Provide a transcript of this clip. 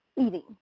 eating